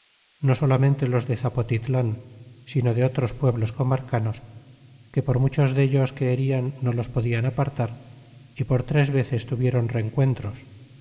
no solamente los de zapotitlan sino de otros pueblos comarcanos que por muchos dellos que herian no los podian apartar y por tres veces tuvieron rencuentros